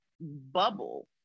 bubble